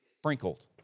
sprinkled